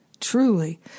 truly